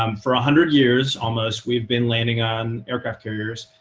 um for a hundred years, almost, we've been landing on aircraft carriers.